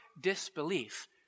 disbelief